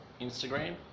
Instagram